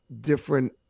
different